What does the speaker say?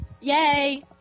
Yay